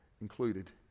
included